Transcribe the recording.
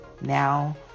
now